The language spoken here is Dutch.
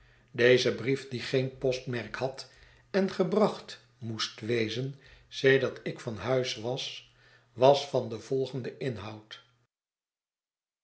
deze brief die geen postmerk had en gebracht moest wezen sedert ik van huis was was van den volgenden inhoud